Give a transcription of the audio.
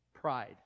pride